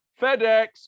FedEx